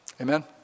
Amen